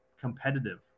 competitive